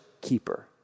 keeper